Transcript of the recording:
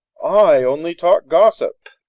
i only talk gossip.